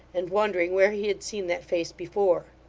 and wondering where he had seen that face before.